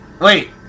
Wait